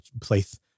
place